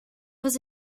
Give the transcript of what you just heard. was